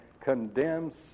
condemns